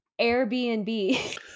Airbnb